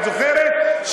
את זוכרת?